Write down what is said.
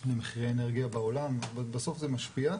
פה למחירי אנרגיה בעולם, בסוף זה משפיע,